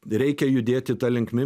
reikia judėti ta linkme